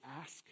ask